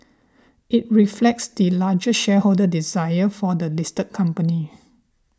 it reflects the largest shareholder's desire for the listed company